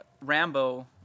Rambo